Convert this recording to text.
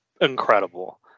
incredible